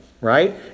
right